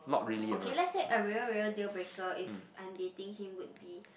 okay let's say a real real deal breaker if I'm dating him would be